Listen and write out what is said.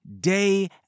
day